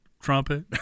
Trumpet